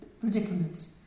predicaments